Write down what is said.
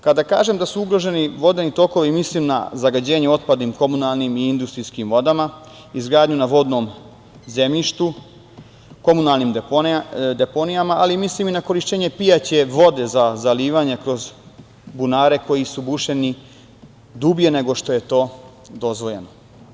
Kada kažem da su ugroženi vodeni tokovi, mislim na zagađenje otpadnim, komunalnim i industrijskim vodama, izgradnju na vodnom zemljištu, komunalnim deponijama, ali mislim i na korišćenje pijaće vode za zalivanje kroz bunare koji su bušeni dublje nego što je to dozvoljeno.